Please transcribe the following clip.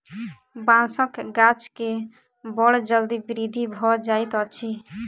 बांसक गाछ के बड़ जल्दी वृद्धि भ जाइत अछि